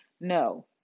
No